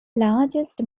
largest